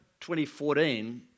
2014